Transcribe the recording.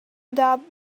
doubt